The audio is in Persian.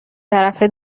طرفه